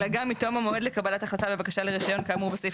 אלא גם מתום המועד לקבלת החלטה בבקשה לרישיון כאמור בסעיף